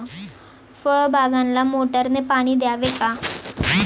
फळबागांना मोटारने पाणी द्यावे का?